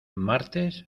martes